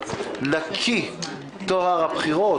נקי והוא טוהר הבחירות,